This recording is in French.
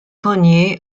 grenier